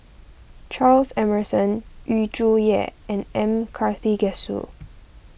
Charles Emmerson Yu Zhuye and M Karthigesu